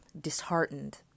disheartened